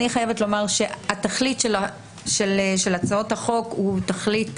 אני חייבת לומר שהתכלית של הצעות החוק היא תכלית